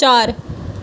ਚਾਰ